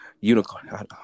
unicorn